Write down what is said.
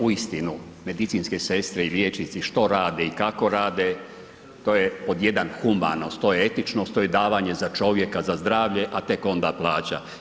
Uistinu medicinske sestre i liječnici što rade i kako rade to je pod jedan humanost, to je etičnost, to je davanje za čovjeka za zdravlje, a tek onda plaća.